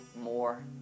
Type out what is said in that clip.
more